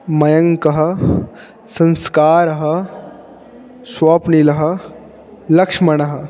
मयङ्कः संस्कारः श्वप्नीलः लक्ष्मणः